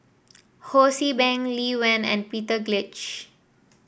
Ho See Beng Lee Wen and Peter